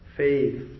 Faith